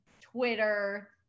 Twitter